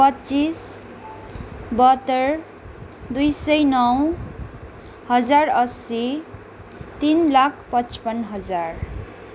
पच्चिस बहत्तर दुई सय नौ हजार अस्सी तिन लाख पच्पन्न हजार